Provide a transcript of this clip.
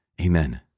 Amen